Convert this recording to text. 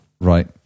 right